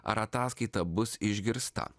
ar ataskaita bus išgirsta